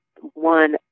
one